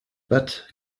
but